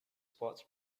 sports